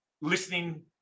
listening